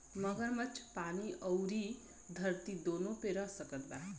मगरमच्छ पानी अउरी धरती दूनो पे रह सकत बा